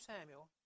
Samuel